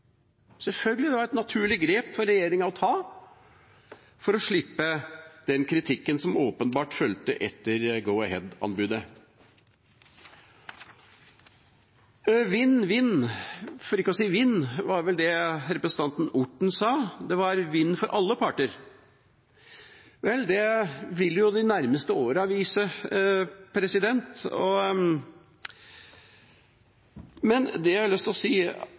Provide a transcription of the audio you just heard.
var et naturlig grep for regjeringa å ta for å slippe den kritikken som åpenbart fulgte etter Go-Ahead-anbudet. Vinn-vinn – for ikke å si vinn – var det vel representanten Orten sa. Det var vinn for alle parter. Vel, det vil jo de nærmeste åra vise.